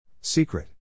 Secret